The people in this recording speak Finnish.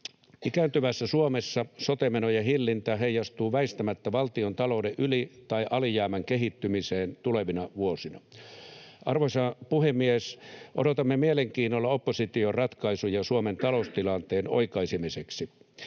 Ikääntyvässä Suomessa sote-menojen hillintä heijastuu väistämättä valtiontalouden yli- tai alijäämän kehittymiseen tulevina vuosina. Arvoisa puhemies! Odotamme mielenkiinnolla opposition ratkaisuja Suomen taloustilanteen oikaisemiseksi.